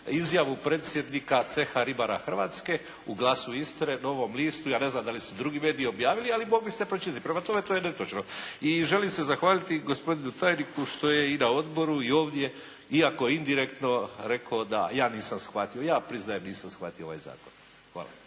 izjavu predsjednika Ceha ribara Hrvatske u "Glasu Istre", "Novom listu", ja ne znam da li su drugi mediji objavili, ali mogli ste pročitati. Prema tome, to je netočno. I želim se zahvaliti gospodinu tajniku što je i na odboru i ovdje iako indirektno rekao da ja nisam shvatio. Ja priznajem nisam shvatio ovaj zakon. Hvala.